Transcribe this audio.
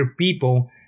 people